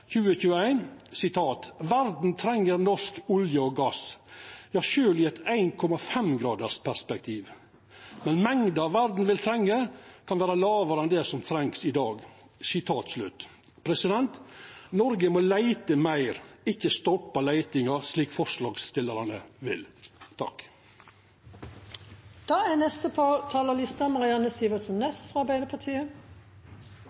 norsk olje, norsk gass, selv i et 1,5-graders scenario.» Og vidare: «Men mengden verden vil trenge kan være lavere enn det som trengs i dag.» Noreg må leite meir, ikkje stoppe leitinga, slik forslagsstillarane vil.